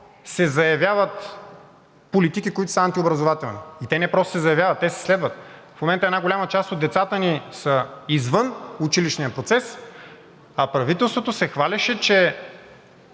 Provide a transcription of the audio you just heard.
се заявяват политики, които са антиобразователни. И те не просто се заявяват, те се следват. В момента една голяма част от децата ни са извън училищния процес, а правителството се хвалеше, че